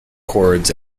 chords